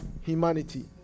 humanity